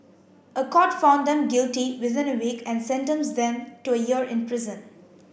a court found them guilty within a week and sentenced them to a year in prison